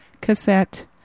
cassette